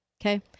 Okay